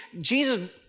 Jesus